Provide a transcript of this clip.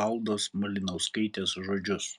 valdos malinauskaitės žodžius